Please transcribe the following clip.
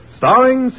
starring